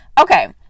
Okay